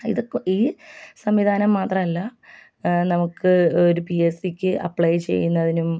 ഇത് ഈ സംവിധാനം മാത്രമല്ല നമുക്ക് ഒരു പി എസ് സി ക്ക് അപ്ലൈ ചെയ്യുന്നതിനും